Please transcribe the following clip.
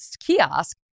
kiosk